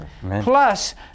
Plus